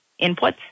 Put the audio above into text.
inputs